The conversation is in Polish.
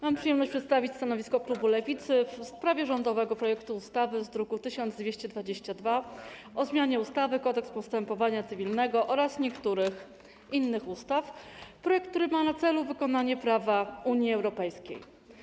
Mam przyjemność przedstawić stanowisko klubu Lewicy w sprawie rządowego projektu ustawy z druku nr 1222 o zmianie ustawy - Kodeks postępowania cywilnego oraz niektórych innych ustaw, projekt, który ma na celu wykonanie prawa Unii Europejskiej.